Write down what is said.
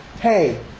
hey